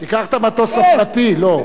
לא,